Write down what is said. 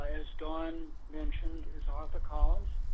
as dawn mentioned, is arthur collins.